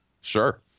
sure